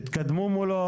תתקדמו מולו